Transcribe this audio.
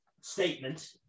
statement